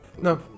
no